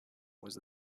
was